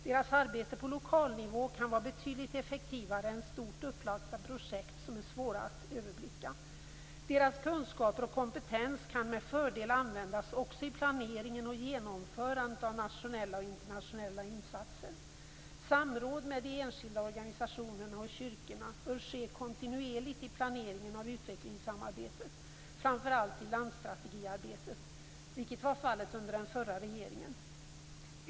Deras arbete på lokalnivå kan vara betydligt effektivare än stort upplagda projekt som är svåra att överblicka. Deras kunskaper och kompetens kan med fördel användas också i planeringen och genomförandet av nationella och internationella insatser. Samråd med enskilda organisationer och kyrkor bör ske kontinuerligt i planeringen av utvecklingssamarbetet, framför allt i landstrategiarbetet, vilket var fallet under den förra regeringen.